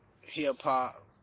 hip-hop